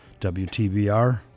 WTBR